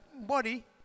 body